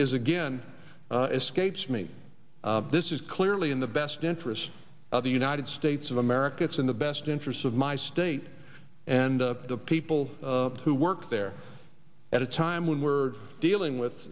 is again escapes me this is clearly in the best interest of the united states of america it's in the best interests of my state and the people who work there at a time when we're dealing with